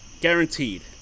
Guaranteed